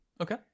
Okay